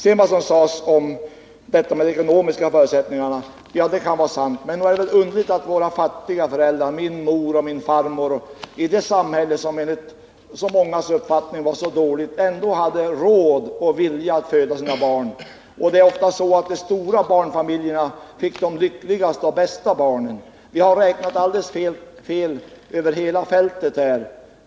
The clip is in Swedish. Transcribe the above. Vad som sedan sades om de ekonomiska förutsättningarna kan vara sant. Men nog är det väl underligt att fattiga föräldrar — jag tänker på min mor och min farmor — i det samhälle som enligt mångas uppfattning var så dåligt ändå hade råd och vilja att föda sina barn. Ofta var det så att de stora barnfamiljerna fick de lyckligaste och bästa barnen. Vi har räknat alldeles fel över hela fältet.